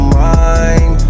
mind